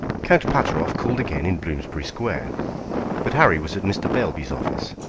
count pateroff called again in bloomsbury square but harry was at mr. beilby's office.